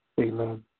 Amen